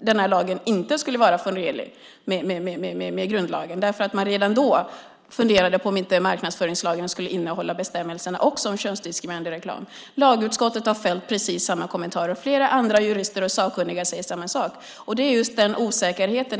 den här lagen inte skulle vara förenlig med grundlagen därför att man redan då funderade på om inte marknadsföringslagen också skulle innehålla bestämmelserna om könsdiskriminerande reklam. Lagutskottet har fällt precis samma kommentar, och flera andra jurister och sakkunniga säger samma sak. Det är just den osäkerheten jag pratar om.